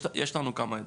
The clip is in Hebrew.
יש לנו כמה אתגרים.